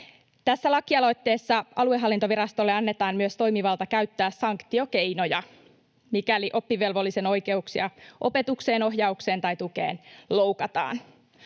Tässä lakialoitteessa aluehallintovirastolle annetaan myös toimivalta käyttää sanktiokeinoja, mikäli oppivelvollisen oikeuksia opetukseen, ohjaukseen tai tukeen loukataan.